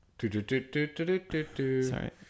sorry